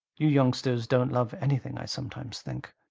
you youngsters don't love anything, i sometimes think.